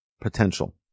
potential